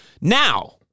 Now